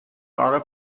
wahre